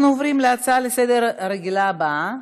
אנחנו עוברים להצעה לסדר-היום הרגילה הבאה,